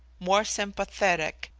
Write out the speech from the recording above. more sympathetic,